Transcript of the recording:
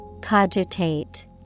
Cogitate